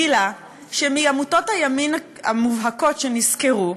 גילה שמעמותות הימין המובהקות שנזכרו,